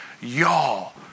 y'all